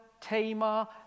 Tamar